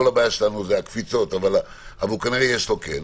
כל הבעיה שלנו היא הקפיצות, אבל כנראה יש לו כן,